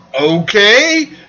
Okay